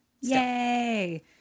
Yay